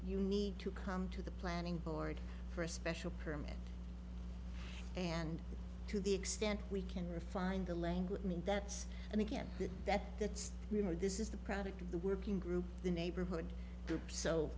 you need to come to the planning board for a special permit and to the extent we can refine the language and that's and again that that's really this is the product of the working group the neighborhood